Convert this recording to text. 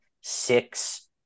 six